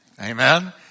Amen